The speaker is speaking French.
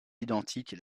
identiques